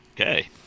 Okay